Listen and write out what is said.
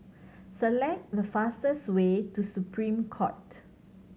select the fastest way to Supreme Court